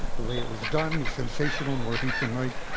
the way it was done was sensational, more heat than light.